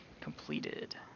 Completed